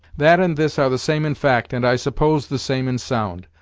that and this are the same in fact, and, i suppose, the same in sound.